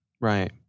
right